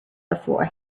before